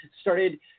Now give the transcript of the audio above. started